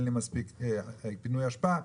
אין לי מספיק פינוי אשפה,